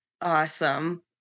Awesome